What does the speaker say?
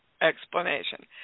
explanation